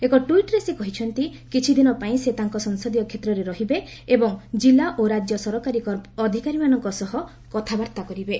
ଏକ ଟ୍ୱିଟ୍ରେ ସେ କହିଛନ୍ତି କିଛିଦିନ ପାଇଁ ସେ ତାଙ୍କ ସଂସଦୀୟ କ୍ଷେତ୍ରରେ ରହିବେ ଏବଂ ଜିଲ୍ଲା ଓ ରାଜ୍ୟ ସରକାରୀ ଅଧିକାରୀଙ୍କ ସହ କଥାବାର୍ତ୍ତା କରିବେ